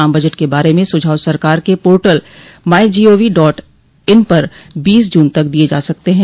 आम बजट के बारे में सुझाव सरकार के पोर्टल माईजीओवी डॉट इन पर बीस जून तक दिये जा सकते हैं